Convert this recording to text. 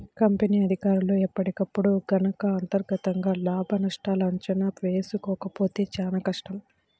company అధికారులు ఎప్పటికప్పుడు గనక అంతర్గతంగా లాభనష్టాల అంచనా వేసుకోకపోతే చానా కష్టం